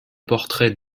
portrait